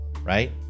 Right